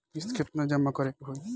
किस्त केतना जमा करे के होई?